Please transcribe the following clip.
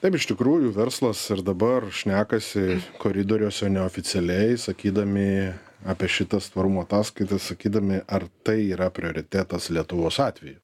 taip iš tikrųjų verslas ir dabar šnekasi koridoriuose neoficialiai sakydami apie šitas tvarumo ataskaitas sakydami ar tai yra prioritetas lietuvos atveju